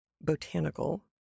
botanical